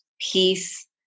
peace